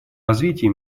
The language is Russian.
развитии